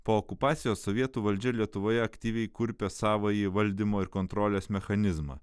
po okupacijos sovietų valdžia lietuvoje aktyviai kurpia savąjį valdymo ir kontrolės mechanizmą